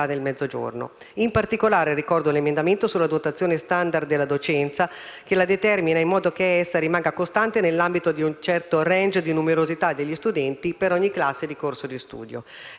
del Mezzogiorno. In particolare, ricordo l'emendamento sulla dotazione *standard* della docenza, che la determina in modo che la stessa rimanga "costante" nell'ambito di un certo *range* di numerosità degli studenti per ogni classe di corso di studio.